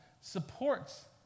supports